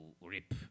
Rip